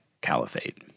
caliphate